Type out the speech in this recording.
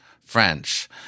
French